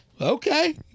Okay